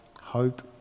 hope